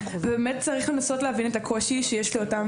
צריך לנסות להבין את הקושי שיש לאותם